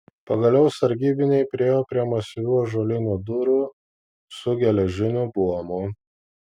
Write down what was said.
pagaliau sargybiniai priėjo prie masyvių ąžuolinių durų su geležiniu buomu